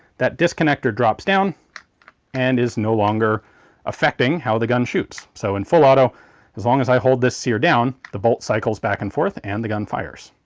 that disconnector drops down and is no longer affecting how the gun shoots so in full auto as long as i hold this sear down the bolt cycles back and forth and the gun fires.